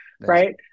right